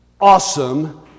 awesome